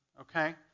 okay